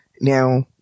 Now